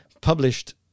published